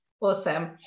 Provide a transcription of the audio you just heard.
awesome